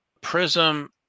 prism